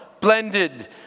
blended